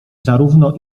zarówno